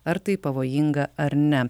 ar tai pavojinga ar ne